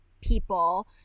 people